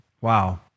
wow